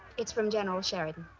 it's from general sheridan.